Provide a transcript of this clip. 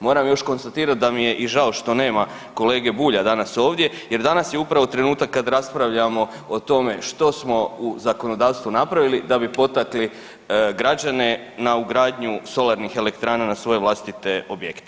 Moram još konstatirat da mi je i žao što nema kolege Bulja danas ovdje jer danas je upravo trenutak kad raspravljamo o tome što smo u zakonodavstvu napravili da bi potakli građane na ugradnju solarnih elektrana na svoje vlastite objekte.